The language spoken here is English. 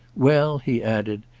well, he added,